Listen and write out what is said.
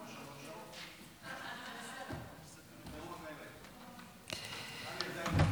כעת נעבור לנושא הבא על סדר-היום,